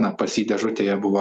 na pas jį dėžutėje buvo